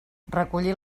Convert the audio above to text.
recollir